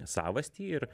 savastį ir